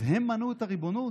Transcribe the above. אז הם מנעו את הריבונות?